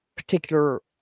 particular